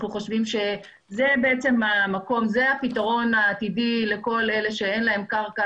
חושבים שזה המקום והפתרון העתידי לכל אלה שאין להם קרקע,